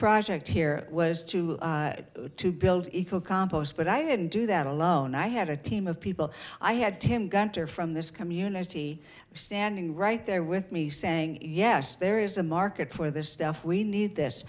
project here was to to build a compost but i didn't do that alone i had a team of people i had tim gunter from this community standing right there with me saying yes there is a market for this stuff we need this